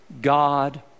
God